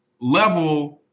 level